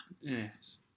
Yes